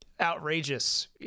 outrageous